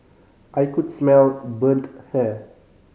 I could smell burnt hair